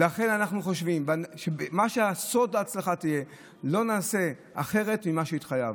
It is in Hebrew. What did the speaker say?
אנחנו חושבים שסוד ההצלחה יהיה שלא נעשה אחרת ממה שהתחייבנו.